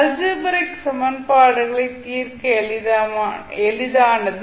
algebraic சமன்பாடுகளை தீர்க்க எளிதானது